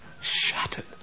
shattered